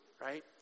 right